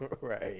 right